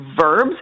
verbs